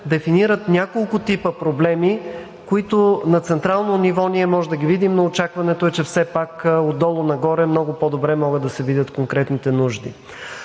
дефинират няколко типа проблеми, които на централно ниво ние можем да ги видим, но очакването е, че все пак „отдолу нагоре“ много по-добре могат да се видят конкретните нужди.